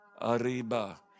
Arriba